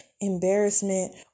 embarrassment